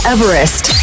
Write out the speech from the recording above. Everest